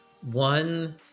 One